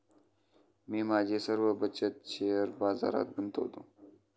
मी माझी सर्व बचत शेअर बाजारात गुंतवतो